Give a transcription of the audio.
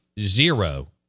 zero